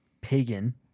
pagan